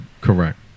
Correct